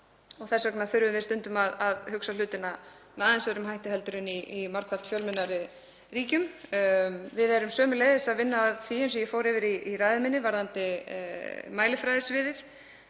þess vegna þurfum við stundum að hugsa hlutina með aðeins öðrum hætti heldur en í margfalt fjölmennari ríkjum. Við erum sömuleiðis að vinna að því, eins og ég fór yfir í ræðu minni, varðandi mælifræðisviðið